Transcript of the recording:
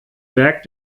werk